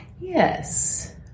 yes